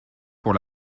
pour